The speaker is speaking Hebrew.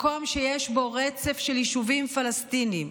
מקום שיש בו רצף של יישובים פלסטיניים,